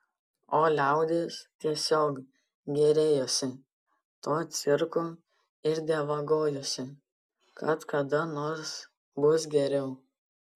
o liaudis tiesiog gėrėjosi tuo cirku ir dievagojosi kad kada nors bus geriau